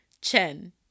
Chen